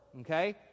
okay